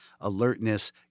alertness